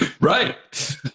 Right